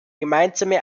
gemeinsame